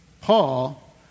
Paul